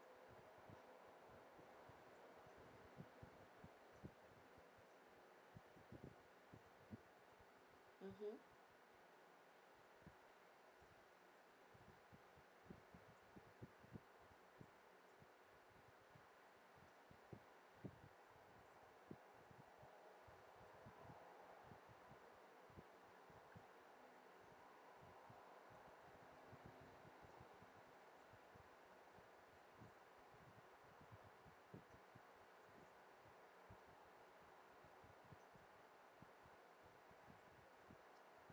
mmhmm